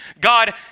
God